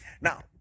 Now